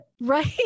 right